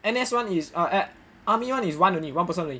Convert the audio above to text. N_S one is err eh army [one] is one person only